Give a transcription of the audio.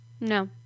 No